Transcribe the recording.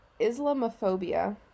Islamophobia